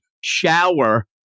shower